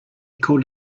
called